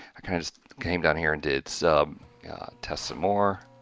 i kind of came down here and did some tests more